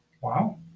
Wow